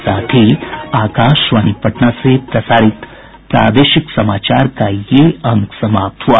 इसके साथ ही आकाशवाणी पटना से प्रसारित प्रादेशिक समाचार का ये अंक समाप्त हुआ